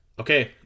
Okay